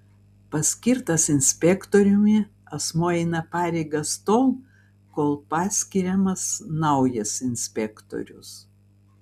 paskirtas inspektoriumi asmuo eina pareigas tol kol paskiriamas naujas inspektorius